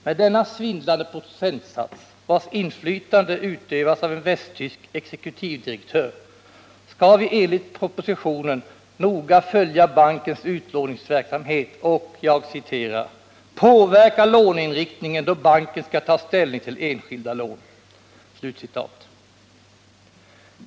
Med denna svindlande procentsats, vars inflytande utövas av en västtysk exekutivdirektör, skall vi enligt propositionen noga följa bankens utlåningsverksamhet och ”påverka låneinriktningen då banken skall ta ställning till enskilda lån”.